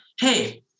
Hey